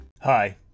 Hi